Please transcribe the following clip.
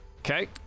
Okay